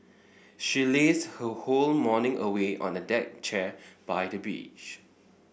she lazed her whole morning away on a deck chair by the beach